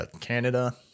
Canada